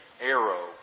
arrow